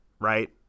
right